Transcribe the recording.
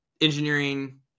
Engineering